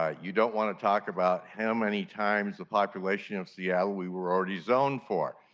ah you don't want to talk about how many times the population of seattle, we were already zoned for.